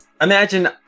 imagine